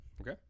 Okay